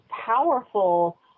powerful